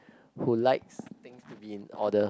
who like been order